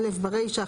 ׁׁ(א) ברישה,